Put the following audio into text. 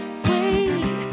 sweet